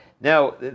Now